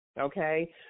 Okay